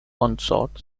consort